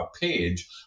page